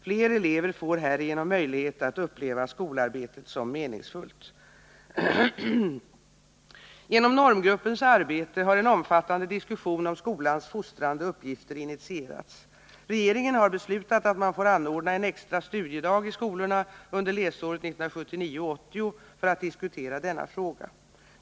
Fler elever får härigenom möjlighet att uppleva skolarbetet som meningsfullt. Genom normgruppens arbete har en omfattande diskussion om skolans fostrande uppgifter initierats. Regeringen har beslutat att man får anordna en extra studiedag i skolorna under läsåret 1979/80 för att diskutera denna fråga.